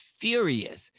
furious